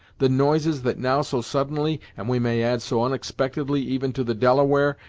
the noises that now so suddenly, and we may add so unexpectedly even to the delaware,